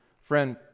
Friend